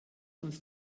uns